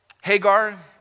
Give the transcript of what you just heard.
Hagar